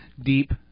Deep